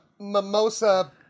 mimosa